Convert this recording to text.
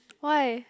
why